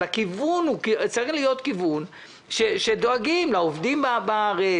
הכיוון צריך להיות כיוון שדואגים לעובדים בארץ,